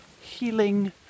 healing